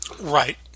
Right